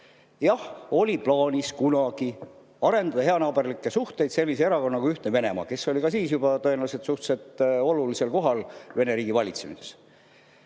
Jah, oli kunagi plaanis arendada heanaaberlikke suhteid sellise erakonnaga nagu Ühtne Venemaa, kes oli ka siis juba tõenäoliselt suhteliselt olulisel kohal Vene riigi valitsemises.